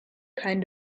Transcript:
kind